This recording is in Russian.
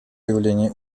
выявления